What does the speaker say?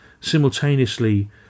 simultaneously